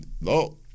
No